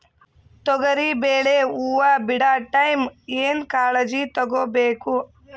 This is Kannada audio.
ತೊಗರಿಬೇಳೆ ಹೊವ ಬಿಡ ಟೈಮ್ ಏನ ಕಾಳಜಿ ತಗೋಬೇಕು?